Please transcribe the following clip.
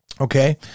Okay